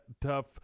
Tough